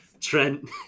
Trent